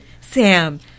Sam